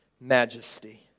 majesty